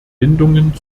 bindungen